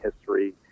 history